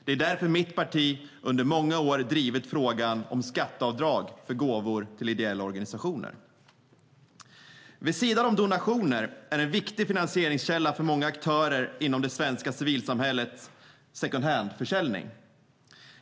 Det är därför mitt parti under många år drivit frågan om skatteavdrag för gåvor till ideella organisationer. Vid sidan av donationer är en viktig finansieringskälla för många aktörer inom det svenska civilsamhället second hand-försäljning.